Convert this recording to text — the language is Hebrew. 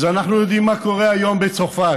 אז אנחנו יודעים מה קורה היום בצרפת,